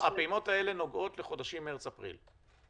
הפעימות האלה נוגעות לחודשים מרץ-אפריל.